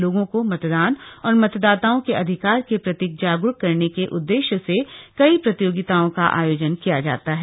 लोगों को मतदान और मतदाताओं के अधिकार के प्रति जागरूक करने के उद्देश्य से कई प्रतियोगिताओं का आयोजन किया जाता है